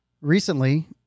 recently